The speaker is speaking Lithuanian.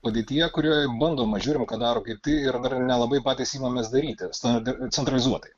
padėtyje kurioje bandoma žiūrime ką daro kiti ir nelabai patys imamės dairytis na centralizuotai